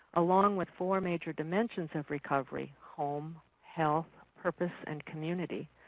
along with four major dimensions of recovery home, health, purpose, and community,